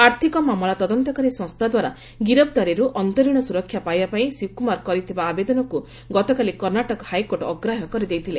ଆର୍ଥକ ମାମଲା ତଦନ୍ତକାରୀ ସଂସ୍ଥାଦ୍ୱାରା ଗିରଫଦାରୀରୁ ଅନ୍ତରୀଣ ସୁରକ୍ଷା ପାଇବାପାଇଁ ଶିବକୁମାର କରିଥିବା ଆବେଦନକୁ ଗତକାଲି କର୍ଷ୍ଣାଟକ ହାଇକୋର୍ଟ ଅଗ୍ରାହ୍ୟ କରିଦେଇଥିଲେ